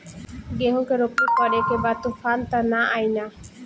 गेहूं के रोपनी करे के बा तूफान त ना आई न?